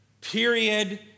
Period